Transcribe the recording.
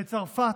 בצרפת,